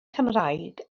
cymraeg